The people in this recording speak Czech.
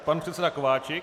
Pan předseda Kováčik.